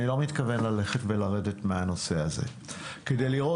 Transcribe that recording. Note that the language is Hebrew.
כי אני לא מתכוון לרדת מהנושא הזה ואני